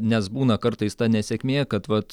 nes būna kartais ta nesėkmė kad vat